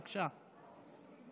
בבקשה.